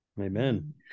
Amen